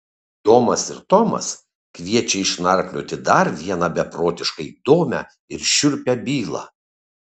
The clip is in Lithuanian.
domas ir tomas kviečia išnarplioti dar vieną beprotiškai įdomią ir šiurpią bylą